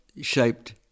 shaped